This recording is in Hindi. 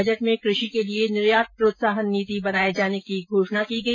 बजट में कृषि के लिये निर्यात प्रोत्साहन नीति बनाये जाने की घोषणा की गई